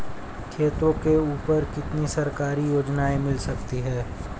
खेतों के ऊपर कितनी सरकारी योजनाएं मिल सकती हैं?